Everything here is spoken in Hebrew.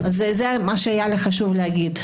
אלה הדברים שהיה לי חשוב לי לומר אותם.